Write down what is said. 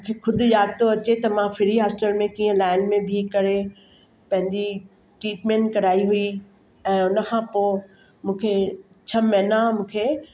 मूंखे ख़ुदि याद थो अचे त मां फ्री हॉस्टल में कीअं लाइन में बीही करे पंहिंजी ट्रीटमैंट कराई हुई ऐं हुन खां पोइ मूंखे छह महिना मूंखे